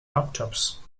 laptops